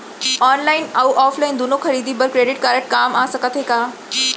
Online अऊ offline दूनो खरीदी बर क्रेडिट कारड काम आप सकत हे का?